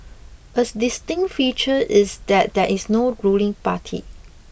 as distinct feature is that there is no ruling party